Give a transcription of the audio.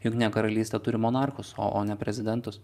jungtinė karalystė turi monarchus o o ne prezidentus